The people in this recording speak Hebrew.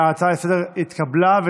ההצעה לסדר-היום התקבלה.